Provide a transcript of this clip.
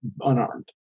unarmed